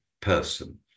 person